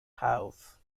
house